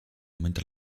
mentre